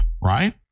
right